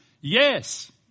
Yes